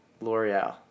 L'Oreal